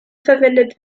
verwendet